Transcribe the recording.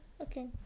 Okay